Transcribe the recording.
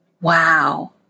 Wow